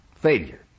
Failure